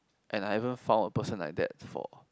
and I haven't found a person like that for